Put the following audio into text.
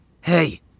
Hey